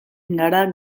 gara